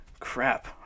Crap